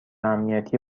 امنیتی